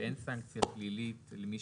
ואין סנקציה פלילית למי